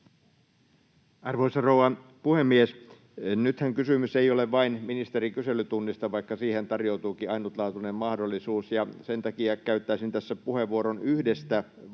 Arvoisa rouva puhemies! Nythän kysymys ei ole vain ministerin kyselytunnista, vaikka siihen tarjoutuukin ainutlaatuinen mahdollisuus, ja sen takia käyttäisin tässä puheenvuoron yhdestä valtion